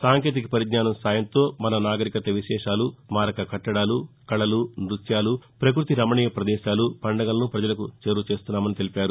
సాంకేతిక పరిజ్ఞానం సాయంతో మన నాగరికత విశేషాలు స్మారక కట్టడాలు కకలు నృత్యాలు పకృతి రమణీయ ప్రదేశాలు పండగలను ప్రజలకు చేరువ చేస్తున్నామని తెలిపారు